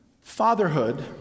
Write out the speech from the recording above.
Fatherhood